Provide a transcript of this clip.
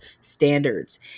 standards